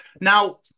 Now